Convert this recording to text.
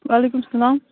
وعلیکُم السلام